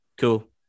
Cool